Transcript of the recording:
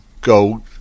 go